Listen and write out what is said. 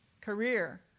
career